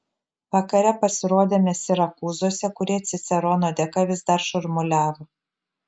vakare pasirodėme sirakūzuose kurie cicerono dėka vis dar šurmuliavo